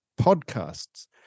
podcasts